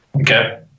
Okay